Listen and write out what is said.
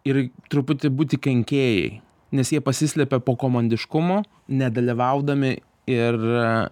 ir truputį būti kenkėjai nes jie pasislepia po komandiškumu nedalyvaudami ir